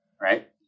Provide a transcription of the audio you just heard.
right